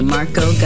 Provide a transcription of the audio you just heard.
Marco